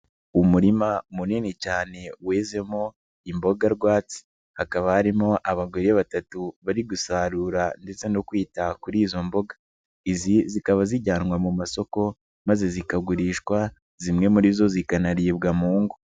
Umurima munini cyane uhinzemo imboga rwatsi, hakaba harimo abagore batatu bari gusarura ndetse no kwita kuri izo mboga, zikaba zijyanwa mu masoko maze zikagurishwa, zimwe muri zo zikanaribwa mu ngo.